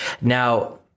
Now